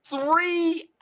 three